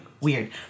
weird